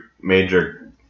major